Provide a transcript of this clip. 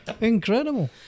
Incredible